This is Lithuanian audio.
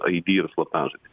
id ir slaptažodį